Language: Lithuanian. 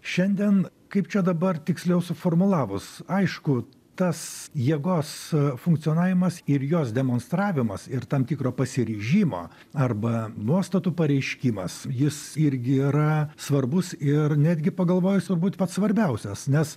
šiandien kaip čia dabar tiksliau suformulavus aišku tas jėgos funkcionavimas ir jos demonstravimas ir tam tikro pasiryžimo arba nuostatų pareiškimas jis irgi yra svarbus ir netgi pagalvojus turbūt pats svarbiausias nes